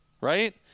right